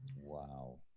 Wow